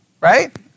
right